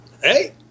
hey